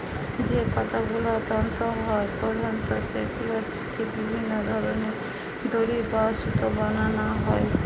যে পাতাগুলো তন্তু হয় প্রধানত সেগুলো থিকে বিভিন্ন ধরনের দড়ি বা সুতো বানানা হয়